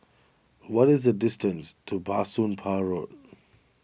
what is the distance to Bah Soon Pah Road